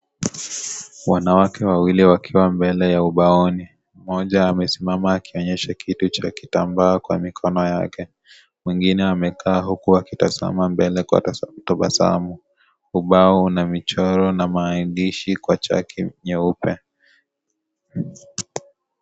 Wanawake wawili wakiwa mbele ya ubaoni. Mmoja amesimama akionyesha kitu cha kitambaa kwa mikono yake. Mwingine amekaa huku akitazama mbele kwa tabasamu. Ubao na michoro na maandishi kwa chaki nyeupe.